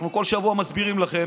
אנחנו כל שבוע מסבירים לכם.